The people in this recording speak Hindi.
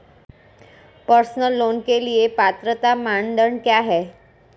पर्सनल लोंन के लिए पात्रता मानदंड क्या हैं?